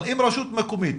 אבל אם רשות מקומית